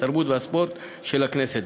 התרבות והספורט של הכנסת,